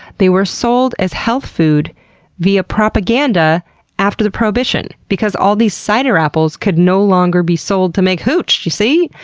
they were sold as health food via propaganda after prohibition, because all these cider apples could no longer be sold to make hooch, you see?